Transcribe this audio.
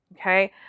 Okay